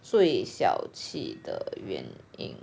最小气的原因